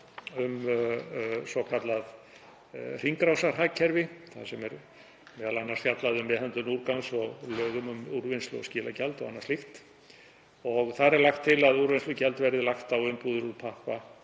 um svokallað hringrásarhagkerfi þar sem m.a. er fjallað um meðhöndlun úrgangs og lög um úrvinnslu- og skilagjald og annað slíkt. Þar er lagt til að úrvinnslugjald verði lagt á umbúðir úr pappa